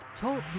TALK